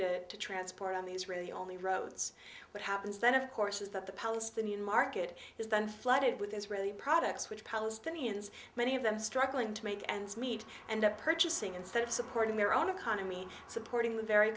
to transport on these really only roads what happens then of course is that the palestinian market is then flooded with israeli products which palestinians many of them struggling to make ends meet and are purchasing instead of supporting their own economy supporting the very